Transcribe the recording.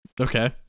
Okay